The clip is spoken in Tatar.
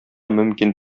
мөмкин